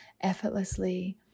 effortlessly